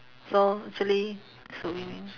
so actually it's a win win